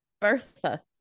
Bertha